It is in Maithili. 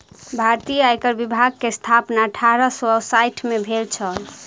भारतीय आयकर विभाग के स्थापना अठारह सौ साइठ में भेल छल